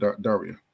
Daria